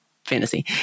fantasy